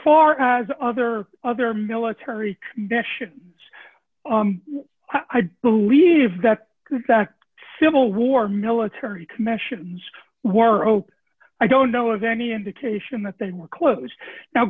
far as other other military commissions i believe that exact civil war military commissions were ok i don't know of any indication that they were closed now